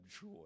joy